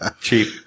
Cheap